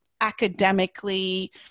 academically